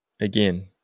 again